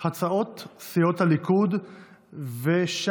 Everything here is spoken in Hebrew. החלטות המוסד וועדת